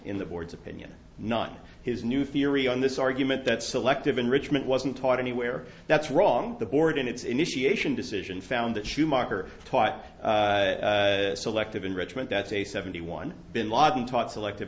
in the board's opinion not his new theory on this argument that selective enrichment wasn't taught anywhere that's wrong the board in its initiation decision found that schumacher taught selective enrichment that's a seventy one bin laden taught selective